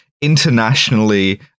internationally